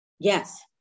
Yes